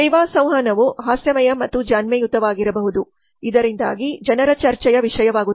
ಸೇವಾ ಸಂವಹನವು ಹಾಸ್ಯಮಯ ಮತ್ತು ಜಾಣ್ಮೆಯುತವಾಗಿರಬಹುದು ಇದರಿಂದಾಗಿ ಜನರ ಚರ್ಚೆಯ ವಿಷಯವಾಗುತ್ತದೆ